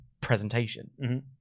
presentation